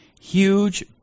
huge